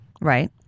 Right